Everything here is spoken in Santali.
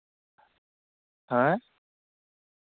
ᱦᱮᱸ